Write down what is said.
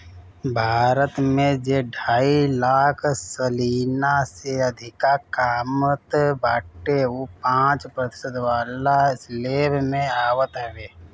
भारत में जे ढाई लाख सलीना से अधिका कामत बाटे उ पांच प्रतिशत वाला स्लेब में आवत हवे